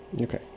Okay